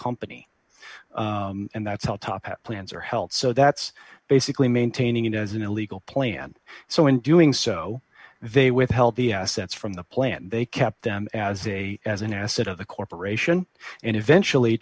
company and that's all top plans are held so that's basically maintaining it as an illegal plan so in doing so they withheld the assets from the plant they kept them as a as an asset of the corporation and eventually